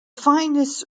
finest